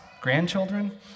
grandchildren